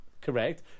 Correct